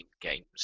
games